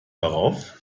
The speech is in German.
darauf